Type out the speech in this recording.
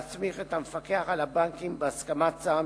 להסמיך את המפקח על הבנקים, בהסכמת שר המשפטים,